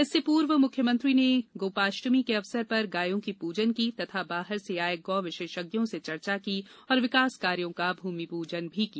इसके पूर्व मुख्यमंत्री ने गोपाष्टमी के अवसर पर गायों की पूजन की तथा बाहर से आये गौ विशषज्ञों से चर्चा की और विकास कार्यों का भूमिप्रजन किया